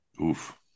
Oof